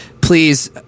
Please